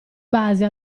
base